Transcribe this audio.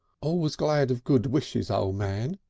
always glad of good wishes, o' man,